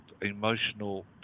emotional